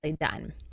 done